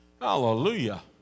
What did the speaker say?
Hallelujah